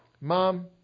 Mom